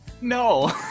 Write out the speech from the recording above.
No